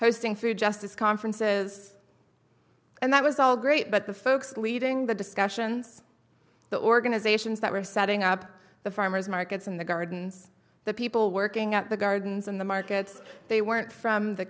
hosting food justice conferences and that was all great but the folks leading the discussions the organizations that were setting up the farmers markets in the gardens the people working at the gardens and the markets they weren't from the